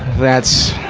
that's,